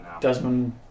Desmond